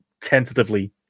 tentatively